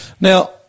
Now